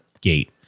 gate